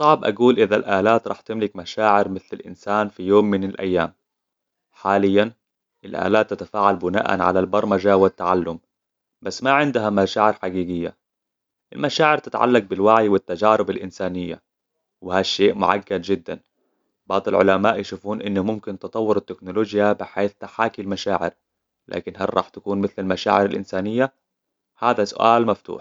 صعب أقول إذا الآلات رح تملك مشاعر مثل الإنسان في يوم من الأيام حالياً الآلات تتفاعل بناءاً على البرمجة والتعلم بس ما عندها مشاعر حقيقية المشاعر تتعلق بالوعي والتجارب الإنسانية وهالشيء معقد جداً بعض العلماء يشوفون أنه ممكن تطور التكنولوجيا بحيث تحاكي المشاعر لكن هل رح تكون مثل المشاعر الإنسانية؟ هذا سؤال مفتوح